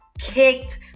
kicked